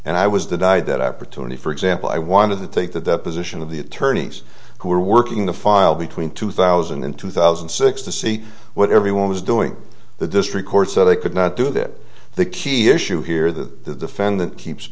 and i was denied that opportunity for example i wanted to take the deposition of the attorneys who are working to file between two thousand and two thousand and six to see what everyone was doing the district court so they could not do that the key issue here that the defendant keeps